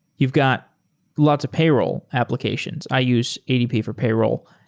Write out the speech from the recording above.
you've got lots of payroll applications. i use adp for payroll.